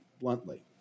bluntly